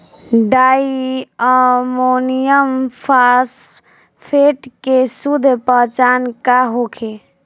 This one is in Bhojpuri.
डाई अमोनियम फास्फेट के शुद्ध पहचान का होखे?